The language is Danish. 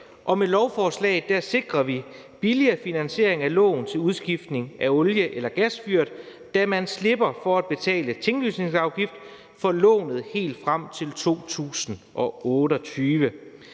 med lovforslaget sikrer vi billigere finansiering af lån til udskiftning af olie- eller gasfyret, da man slipper for at betale tinglysningsafgift for lånet helt frem til 2028.